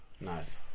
Nice